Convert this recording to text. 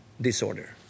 disorder